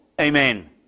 Amen